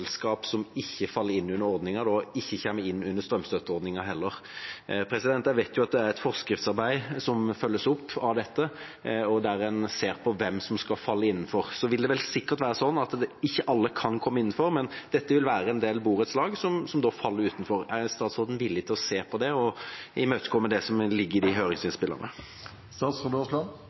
som ikke faller innunder ordningen, da ikke kommer innunder strømstøtteordningen heller. Jeg vet det er et forskriftsarbeid på dette som følges opp, der en ser på hvem som skal falle innenfor. Det vil sikkert være sånn at ikke alle kan komme innenfor, men det vil være en del borettslag som da faller utenfor. Er statsråden villig til å se på det og imøtekomme det som ligger i de